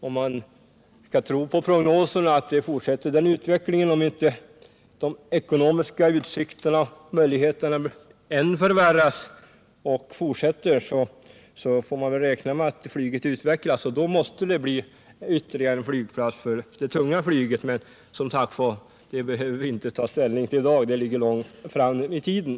Om man skall tro på prognoserna — om inte de ekonomiska utsikterna förvärras än mer — kommer flyget att utvecklas, och då måste det bli ännu en flygplats för det tunga — Nr 52 flyget. Men det behöver vi som sagt inte ta ställning till i dag — det Torsdagen den ligger långt fram i tiden.